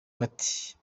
bati